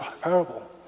parable